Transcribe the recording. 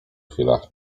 chwila